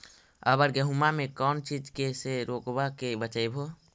अबर गेहुमा मे कौन चीज के से रोग्बा के बचयभो?